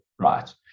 right